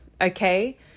okay